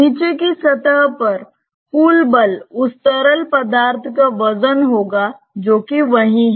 नीचे की सतह पर कुल बल उस तरल पदार्थ का वजन होगा जो कि वही है